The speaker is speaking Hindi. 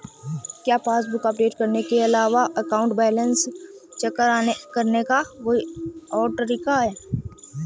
क्या पासबुक अपडेट करने के अलावा अकाउंट बैलेंस चेक करने का कोई और तरीका है?